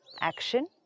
Action